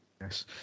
Yes